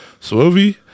sovi